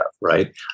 right